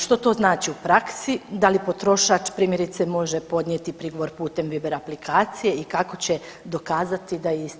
Što to znači u praksi, da li potrošač primjerice može podnijeti prigovor putem Viber aplikacije i kako će dokazati da je isti podnio?